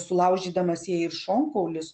sulaužydamas jai ir šonkaulius